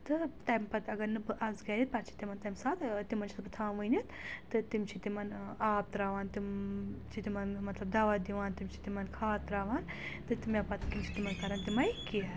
تہٕ تَمہِ پَتہٕ اگر نہٕ بہٕ آسہٕ گَرِ پَتہٕ چھِ تِمَن تَمہِ ساتہٕ تِمَن چھَس بہٕ تھاوان ؤنِتھ تہٕ تِم چھِ تِمَن آب ترٛاوان تِم چھِ تِمَن مطلب دَوا دِوان تِم چھِ تِمَن کھاد ترٛاوان تہٕ مےٚ پَتہٕ کیاہ چھِ تِمَن کٲم کران تِمَے کینٛہہ